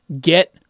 get